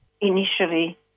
Initially